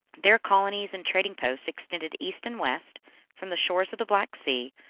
their colonies and trading-posts extended east and west from the shores of the black sea,